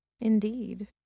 Indeed